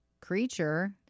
creature